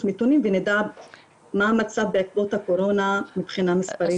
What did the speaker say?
הנתונים ונדע מה המצב בעקבות הקורונה מבחינה מספרית.